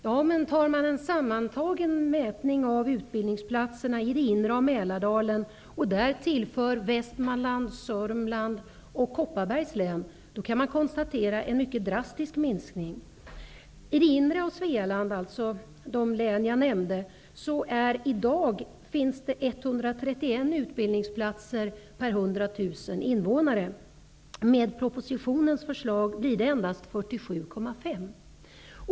Ja, men om man räknar antalet utbildningsplatser i det inre av Mälardalen och tillför platserna i Västmanland, Sörmland och Kopparbergs län, kan man konstatera en mycket drastisk minskning. I det inre av Svealand, dvs. i de län jag nämnde, finns det i dag 131 utbildningsplatser per 100 000 invånare. Om propositionens förslag skulle genomföras blir det endast 47,5 platser.